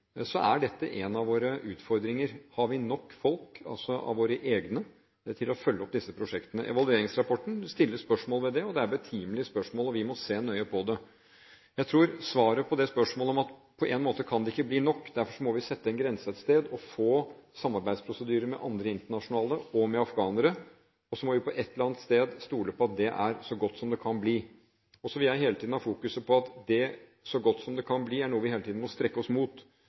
er dette en av våre utfordringer. Har vi nok folk, altså av våre egne, til å følge opp disse prosjektene? Evalueringsrapporten setter spørsmålstegn ved det, og det er et betimelig spørsmål vi må se nøye på. Jeg tror svaret på det spørsmålet er at det på en måte ikke kan bli nok, derfor må vi sette en grense et sted og få samarbeidsprosedyrer med andre land og med afghanere, og så må vi på et eller annet punkt stole på at det er så godt som det kan bli. Jeg vil hele tiden fokusere på at «så godt som det kan bli» er noe vi hele tiden må strekke oss mot.